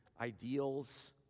ideals